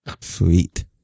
Sweet